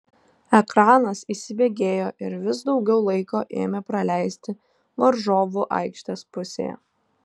ekranas įsibėgėjo ir vis daugiau laiko ėmė praleisti varžovų aikštės pusėje